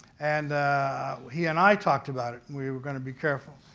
and he and i talked about it. we were going to be careful.